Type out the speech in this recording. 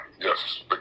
yes